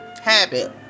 habit